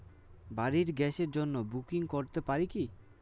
বাড়ির গ্যাসের জন্য বুকিং করতে পারি কি?